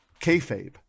kayfabe